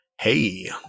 Hey